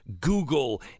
Google